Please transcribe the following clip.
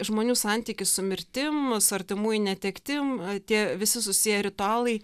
žmonių santykis su mirtim su artimųjų netektim tie visi susiję ritualai